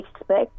expect